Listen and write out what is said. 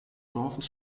dorfes